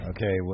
Okay